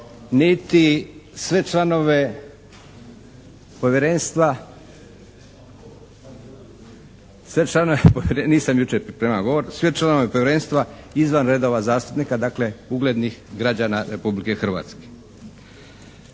niti sve članove povjerenstva izvan redova zastupnika, dakle uglednih građana Republike Hrvatske.